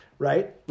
Right